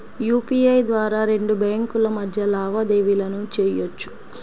UPI ద్వారా రెండు బ్యేంకుల మధ్య లావాదేవీలను చెయ్యొచ్చు